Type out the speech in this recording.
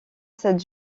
cette